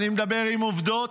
אני מדבר עם עובדות,